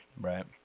right